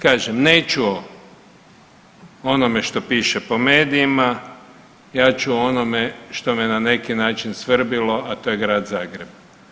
Kažem, neću o onome što piše po medijima, ja ću o onome što me na neki način svrbjelo, a to je Grad Zagreb.